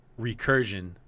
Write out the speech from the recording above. recursion